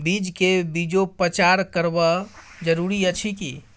बीज के बीजोपचार करब जरूरी अछि की?